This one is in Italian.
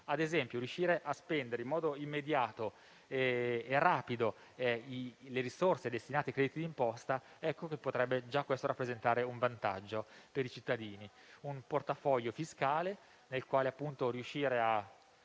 Ad esempio, già riuscire a spendere in modo immediato e rapido le risorse destinate ai crediti di imposta potrebbe rappresentare un vantaggio per i cittadini: un portafoglio fiscale nel quale riuscire ad